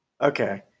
Okay